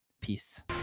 peace